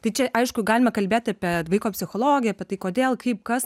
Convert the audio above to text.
tai čia aišku galime kalbėt apie vaiko psichologiją apie tai kodėl kaip kas